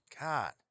God